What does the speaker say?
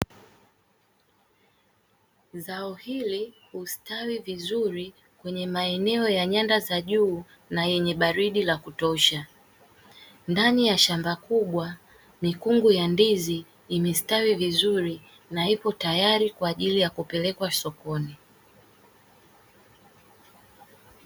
Zao hili husitawi vizuri kwenye maeneo ya nyanda za juu na yenye baridi la kutosha, ndani ya shamba kubwa mikungu ya ndizi imesitawi vizuri na ipo tayari kwa ajili ya kupelekwa sokoni.